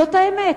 זאת האמת.